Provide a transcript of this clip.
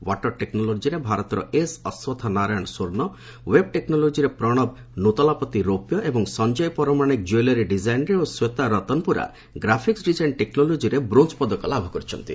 water ଟେକ୍ନୋଲୋଜିରେ ଭାରତର S Ashwatha Narayan ସ୍ୱର୍ଣ୍ଣ ୱେବ୍ ଟେକ୍ନୋଲୋଜିରେ ପ୍ରଣବ ନୁତାଲାପତି ରୌପ୍ୟ ଏବଂ ସଞ୍ଜୟ ପରମାଣିକ କ୍ୱେଲେରୀ ଡିକାଇନ୍ରେ ଓ ଶ୍ୱେତା ରତନପୁରା ଗ୍ରାଫିକ୍ସ ଡିଜାଇନ୍ ଟେକ୍ନୋଲୋଜିରେ ବ୍ରୋଞ୍ଜ ପଦକ ଲାଭ କରିଛନ୍ତି